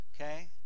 Okay